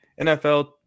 NFL